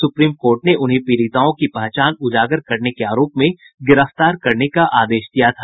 supreme court ने उन्हें पीड़िताओं की पहचान उजागर करने के आरोप में गिरफ्तार करने का आदेश दिया था